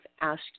asked